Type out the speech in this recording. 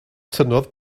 tynnodd